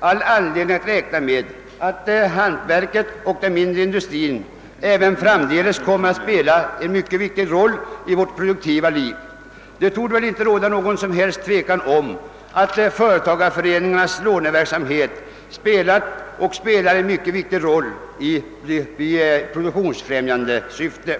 all anledning räkna med att hantverket och den mindre industrin även framdeles kommer att spela en mycket viktig roll i vårt produktiva liv. Det torde inte råda någon tvekan om att företagareföreningarnas låneverksamhet har spelat och spelar en mycket viktig roll i produktionsfrämjande syfte.